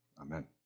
Amen